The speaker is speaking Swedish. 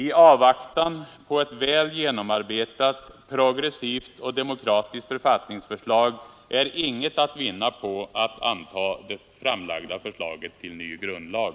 I avvaktan på ett väl genomarbetat, progressivt och demokratiskt författningsförslag finns det inget att vinna på att anta det framlagda förslaget till ny grundlag.